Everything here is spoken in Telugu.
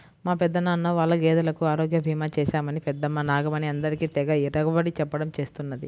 మా పెదనాన్న వాళ్ళ గేదెలకు ఆరోగ్య భీమా చేశామని పెద్దమ్మ నాగమణి అందరికీ తెగ ఇరగబడి చెప్పడం చేస్తున్నది